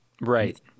Right